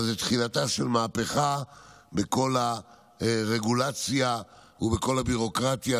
זו תחילתה של מהפכה בכל הרגולציה ובכל הביורוקרטיה,